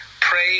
Pray